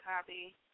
copy